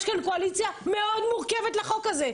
יש כאן קואליציה מאוד מורכבת לחוק הזה.